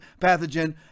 pathogen